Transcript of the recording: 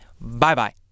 Bye-bye